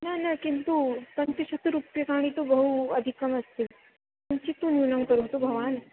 न न किन्तु पञ्चशतरूप्यकाणि तु बहु अधिकम् अस्ति किञ्चित् न्यूनं करोतु भवान्